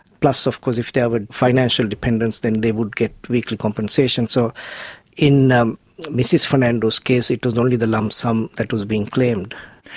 plus of course if there were financial dependants then they would get weekly compensation. so in ah mrs fernando's case it was only the lump sum that was being claimed.